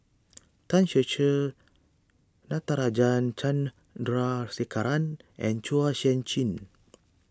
Tan Ser Cher Natarajan Chandrasekaran and Chua Sian Chin